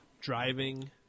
driving